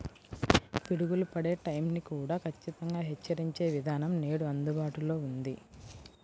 పిడుగులు పడే టైం ని కూడా ఖచ్చితంగా హెచ్చరించే విధానం నేడు అందుబాటులో ఉంది